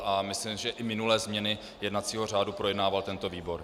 A myslím si, že i minulé změny jednacího řádu projednával tento výbor.